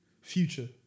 future